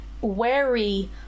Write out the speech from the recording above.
wary